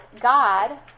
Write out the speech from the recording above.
God